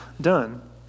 done